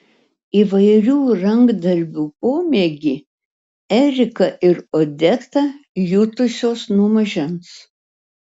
įvairių rankdarbių pomėgį erika ir odeta jutusios nuo mažens